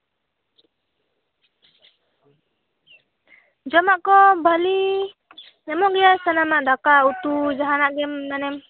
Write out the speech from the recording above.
ᱡᱚᱢᱟᱜ ᱠᱚ ᱵᱷᱟᱹᱞᱤ ᱧᱟᱢᱚᱜ ᱜᱮᱭᱟ ᱥᱟᱱᱟᱢᱟᱜ ᱫᱟᱠᱟ ᱩᱛᱩ ᱡᱟᱦᱟᱱᱟᱜ ᱜᱮᱢ ᱢᱟᱱᱮᱢ